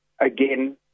Again